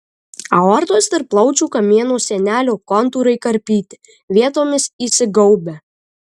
aortos ir plaučių kamieno sienelių kontūrai karpyti vietomis įsigaubę